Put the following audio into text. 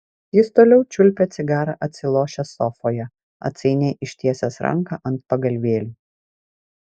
jis toliau čiulpė cigarą atsilošęs sofoje atsainiai ištiesęs ranką ant pagalvėlių